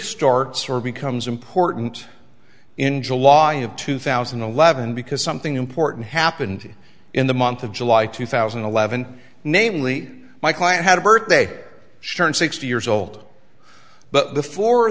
starts or becomes important in july of two thousand and eleven because something important happened in the month of july two thousand and eleven namely my client had a birthday sharon sixty years old but the for